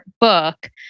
book